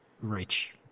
Rich